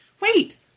Wait